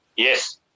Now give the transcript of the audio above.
Yes